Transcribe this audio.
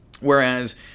whereas